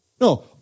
No